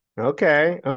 Okay